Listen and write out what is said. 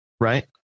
right